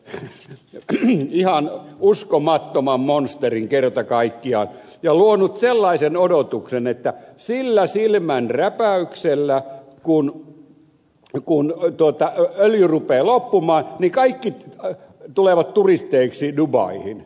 perustuvan ihmeellisen ihan uskomattoman monsterin kerta kaikkiaan ja luonut sellaisen odotuksen että sillä silmänräpäyksellä kun öljy rupeaa loppumaan kaikki tulevat turisteiksi dubaihin